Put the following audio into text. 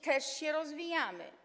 Też się rozwijamy.